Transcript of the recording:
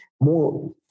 more